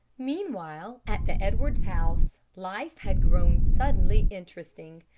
meanwhile, at the edwards house, life had grown suddenly interesting.